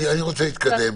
אני רוצה להתקדם.